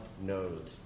knows